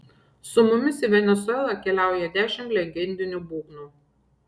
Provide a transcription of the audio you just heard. su mumis į venesuelą keliauja dešimt legendinių būgnų